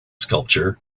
sculpture